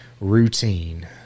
routine